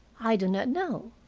i do not know.